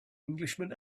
englishman